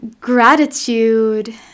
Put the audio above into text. gratitude